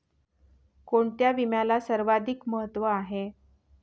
कोणता विम्याला सर्वाधिक महत्व आहे?